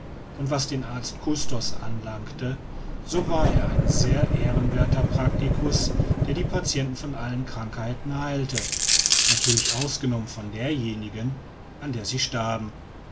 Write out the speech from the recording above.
und was den arzt custos anlangte so war er ein sehr ehrenwerther practicus der die patienten von allen krankheiten heilte natürlich ausgenommen von derjenigen an der sie starben